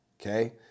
okay